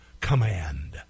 command